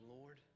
Lord